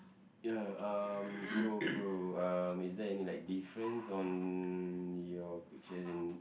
ya um so bro um is there any like difference on your pictures and